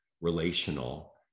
relational